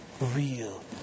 real